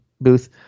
booth